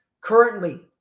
Currently